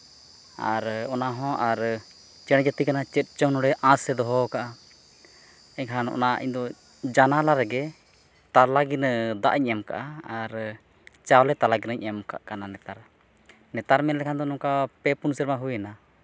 ᱟᱨ ᱚᱱᱟ ᱦᱚᱸ ᱟᱨ ᱪᱮᱬᱮ ᱡᱟᱹᱛᱤ ᱠᱟᱱᱟᱭ ᱪᱮᱫ ᱪᱚ ᱱᱚᱰᱮ ᱟᱸᱥᱮ ᱫᱚᱦᱚ ᱟᱠᱟᱫᱼᱟ ᱮᱱᱠᱷᱟᱱ ᱚᱱᱟ ᱤᱧ ᱫᱚ ᱡᱟᱱᱟᱞᱟ ᱨᱮᱜᱮ ᱛᱟᱞᱟ ᱜᱤᱱᱟᱹ ᱫᱟᱜ ᱤᱧ ᱮᱢ ᱠᱟᱜᱼᱟ ᱟᱨ ᱪᱟᱣᱞᱮ ᱛᱟᱞᱟ ᱜᱤᱱᱟᱹᱧ ᱮᱢ ᱠᱟᱜ ᱠᱟᱱᱟ ᱱᱮᱛᱟᱨ ᱱᱮᱛᱟᱨ ᱢᱮᱱ ᱞᱮᱠᱷᱟᱱ ᱫᱚ ᱱᱚᱝᱠᱟ ᱯᱮ ᱯᱩᱱ ᱥᱮᱨᱢᱟ ᱦᱩᱭᱱᱟ